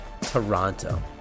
Toronto